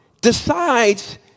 decides